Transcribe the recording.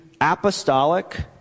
apostolic